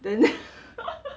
then